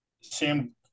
sam